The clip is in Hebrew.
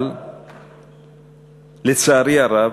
אבל לצערי הרב,